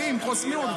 באים, חוסמים אותו.